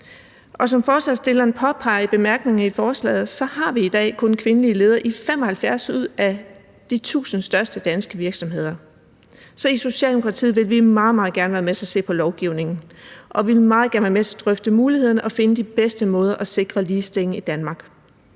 Som forslagsstillerne påpeger i bemærkningerne i forslaget, har vi i dag kun kvindelige ledere i 75 ud af de 1.000 største danske virksomheder. Så i Socialdemokratiet vil vi meget, meget gerne være med til at se på lovgivningen, og vi vil meget gerne være med til at drøfte mulighederne og finde de bedste måder til at sikre ligestillingen i Danmark